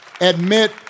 admit